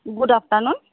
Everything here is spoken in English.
good afternoon